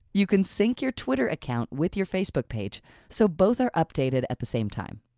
you can sync your twitter account with your facebook page so both are updated at the same time.